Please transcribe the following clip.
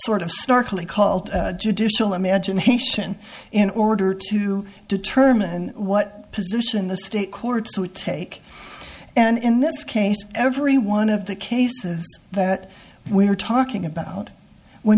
sort of starkly called judicial imagination in order to determine what position the state courts to take and in this case every one of the cases that we were talking about when